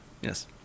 Yes